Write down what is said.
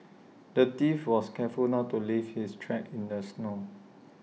the thief was careful not to leave his tracks in the snow